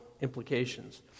implications